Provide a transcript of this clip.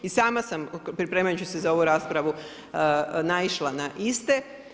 I sama sam, pripremajući se za ovu raspravu naišla na iste.